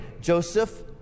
Joseph